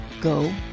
go